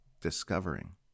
discovering